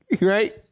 right